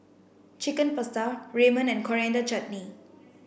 Chicken Pasta Ramen and Coriander Chutney